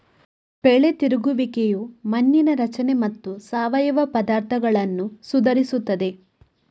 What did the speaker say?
ಬೆಳೆ ತಿರುಗುವಿಕೆಯು ಮಣ್ಣಿನ ರಚನೆ ಮತ್ತು ಸಾವಯವ ಪದಾರ್ಥಗಳನ್ನು ಸುಧಾರಿಸುತ್ತದೆ